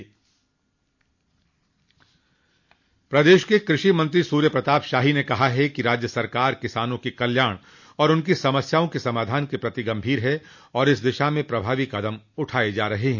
प्रदेश के कृषि मंत्री सूर्य प्रताप शाही ने कहा है कि राज्य सरकार किसानों के कल्याण और उनकी समस्याओं के समाधान के प्रति गंभीर है और इस दिशा में प्रभावी कदम उठाये जा रहे हैं